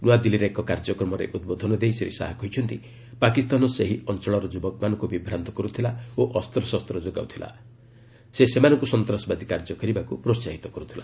ନୂଆଦିଲ୍ଲୀରେ ଏକ କାର୍ଯ୍ୟକ୍ରମରେ ଉଦ୍ବୋଧନ ଦେଇ ଶ୍ରୀ ଶାହା କହିଛନ୍ତି ପାକିସ୍ତାନ ସେହି ଅଞ୍ଚଳର ଯୁବକମାନଙ୍କୁ ବିଭ୍ରାନ୍ତ କରୁଥିଲା ଓ ଅସ୍ତ୍ରଶସ୍ତ ଯୋଗାଉଥିଲା ଏବଂ ସେମାନଙ୍କୁ ସନ୍ତାସବାଦୀ କାର୍ଯ୍ୟ କରିବାକୁ ପ୍ରୋହାହିତ କରୁଥିଲା